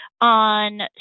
on